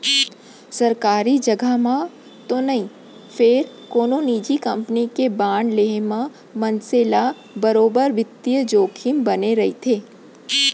सरकारी जघा म तो नई फेर कोनो निजी कंपनी के बांड लेहे म मनसे ल बरोबर बित्तीय जोखिम बने रइथे